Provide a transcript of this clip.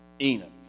Enoch